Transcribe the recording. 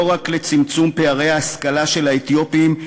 לא רק לצמצום פערי ההשכלה של האתיופים,